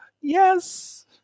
yes